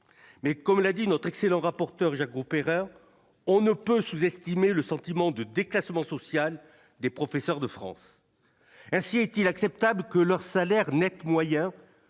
mais comme l'a dit notre excellent rapporteur Jacques Grosperrin, on ne peut sous-estimer le sentiment de déclassement social des professeurs de France ainsi : est-il acceptable que leur salaire Net moyen,